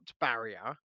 barrier